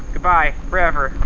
goodbye, forever.